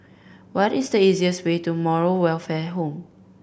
what is the easiest way to Moral Welfare Home